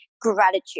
gratitude